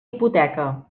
hipoteca